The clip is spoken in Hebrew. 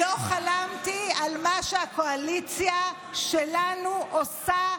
לא חלמתי על מה שהקואליציה שלנו עושה,